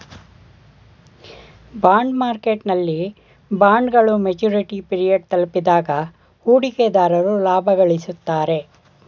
bond ಮಾರ್ಕೆಟ್ನಲ್ಲಿ ಬಾಂಡ್ಗಳು maturity period ತಲುಪಿದಾಗ ಹೂಡಿಕೆದಾರರು ಲಾಭ ಗಳಿಸುತ್ತಾರೆ